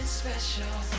special